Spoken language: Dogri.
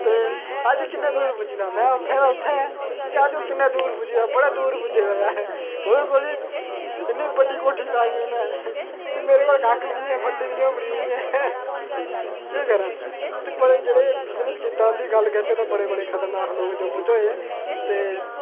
ते अज्ज कि'न्नै दूर पुज्जी दा में उ'त्थें दा उ'त्थें गै ते अज्ज ओह् किन्नै दूर पुज्जी दा बड़े दूर पुज्जे दा ऐ ओह्दे कोल इ'न्नी बड्डी कोठी पाई दी उ'न्नै ते मेरे कोल कक्ख बी निं ऐ फटी दी झौंफड़ी बी निं ऐ केह् करांऽ ते जि'नें बिजनेस कीता तां गल्ल करचै ते बड़े बड़े खतरनाक लोग न जम्मू च होए ते